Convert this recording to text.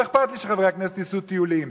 לא אכפת לי שחברי הכנסת יעשו טיולים.